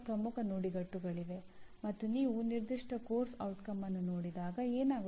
ಅವರೆಲ್ಲರೂ ಶೈಕ್ಷಣಿಕ ಪ್ರಕ್ರಿಯೆ ನಿರ್ವಹಣೆ ಮತ್ತು ಮುಂತಾದವುಗಳ ಮೇಲೆ ಪ್ರಭಾವವನ್ನು ಬೀರುತ್ತಾರೆ